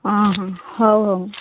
ହଁ ହଁ ହେଉ ହେଉ